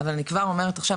אבל אני כבר אומרת עכשיו,